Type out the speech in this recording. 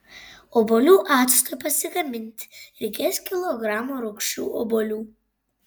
obuolių actui pasigaminti reikės kilogramo rūgščių obuolių